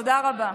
תודה רבה.